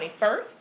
21st